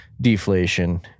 deflation